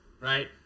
Right